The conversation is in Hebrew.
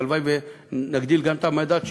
והלוואי שנגדיל גם את המדד שם.